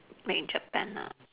made in Japan ah